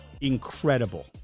incredible